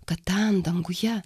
kad ten danguje